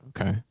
Okay